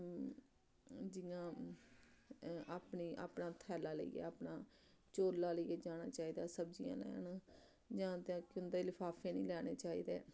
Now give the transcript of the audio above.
जि'यां अपनी अपना थैल्ला लेइयै अपना झोला लेइयै जाना चाहिदा सब्जियां लैन जां ते उंं'दे लफाफे निं लैने चाहिदे